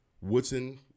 Woodson